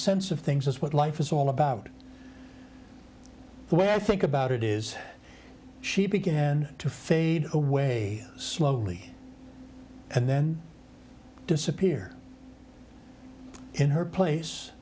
sense of things is what life is all about the way i think about it is she began to fade away slowly and then disappear in her place